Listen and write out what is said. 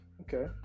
okay